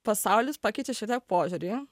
pasaulis pakeitė šiektiek požiūrį